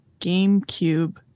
GameCube